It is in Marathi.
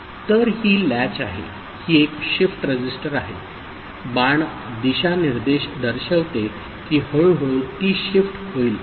तर ही लॅच आहे ही एक शिफ्ट रजिस्टर आहे बाण दिशानिर्देश दर्शवते की हळूहळू ती शिफ्ट होईल